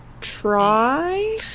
try